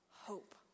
hope